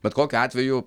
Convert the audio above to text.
bet kokiu atveju